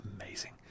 amazing